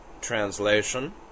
translation